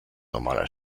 normaler